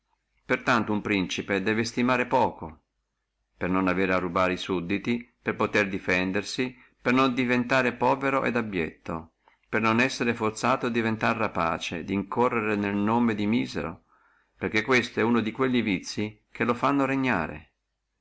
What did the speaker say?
tanto uno principe debbe esistimare poco per non avere a rubare e sudditi per potere defendersi per non diventare povero e contennendo per non essere forzato di diventare rapace di incorrere nel nome del misero perché questo è uno di quelli vizii che lo fanno regnare